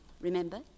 remember